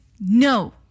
no